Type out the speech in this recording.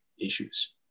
issues